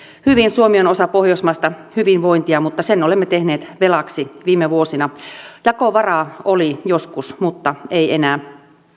hyvin suomi on osa pohjoismaista hyvinvointia mutta sen olemme tehneet velaksi viime vuosina jakovaraa oli joskus mutta ei enää